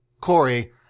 Corey